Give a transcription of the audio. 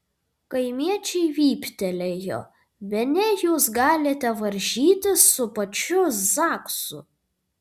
kaimiečiai vyptelėjo bene jūs galite varžytis su pačiu zaksu